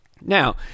Now